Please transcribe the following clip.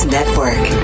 Network